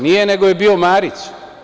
Nije, nego je bio Marić.